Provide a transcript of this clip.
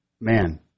man